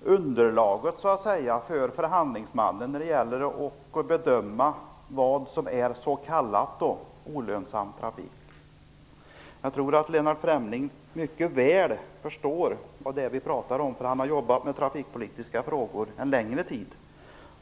underlaget för förhandlingsmannen när det gäller att bedöma vad som är s.k. olönsam trafik. Jag tror att Lennart Fremling mycket väl förstår vad det är vi talar om, för han har jobbat med trafikpolitiska frågor en längre tid.